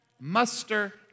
Muster